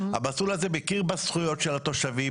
המסלול הזה מכיר בזכויות של התושבים,